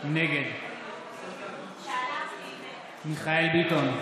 נגד מיכאל מרדכי ביטון,